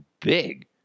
big